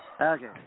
Okay